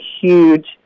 huge